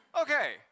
Okay